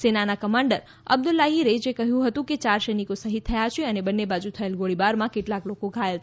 સેનાના commander Abdullahi રેજે કહ્યું કે યાર સૈનિકો શહીદ થયા છે અને બંન્ને બાજુ થયેલ ગોળીબારમાં કેટલાક લોકો ઘાયલ થયા છે